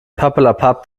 papperlapapp